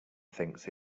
thinks